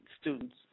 students